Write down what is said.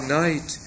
night